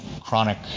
chronic